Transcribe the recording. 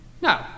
No